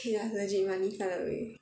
ya legit money fly away